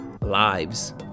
lives